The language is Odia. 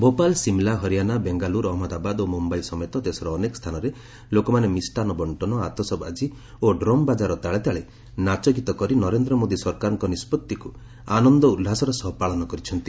ଭୋପାଳ ସିମଲା ହରିଆଣା ବେଙ୍ଗାଲୁରୁ ଅହମ୍ମଦାବାଦ ଓ ମୁମ୍ବାଇ ସମେତ ଦେଶର ଅନେକ ସ୍ଥାନରେ ଲୋକମାନେ ମିଷ୍ଟାନ୍ନ ବଙ୍କନ ଆତସବାଜି ଓ ଡ୍ରମ୍ ବାଜାର ତାଳେ ତାଳେ ନାଚଗୀତ କରି ନରେନ୍ଦ୍ର ମୋଦୀ ସରକାରଙ୍କ ନିଷ୍ପତ୍ତିକୁ ଆନନ୍ଦ ଉଲ୍ଲାସର ସହ ପାଳନ କରିଛନ୍ତି